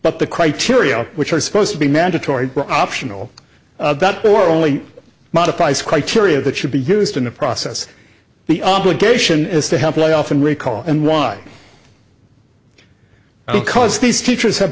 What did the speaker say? but the criteria which are supposed to be mandatory optional or only modifies criteria that should be used in the process the obligation is to help lay off and recall and why because these teachers have